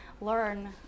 learn